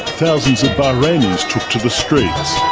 thousands of bahrainis took to the streets,